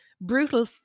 Brutal